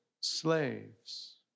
slaves